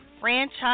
Franchise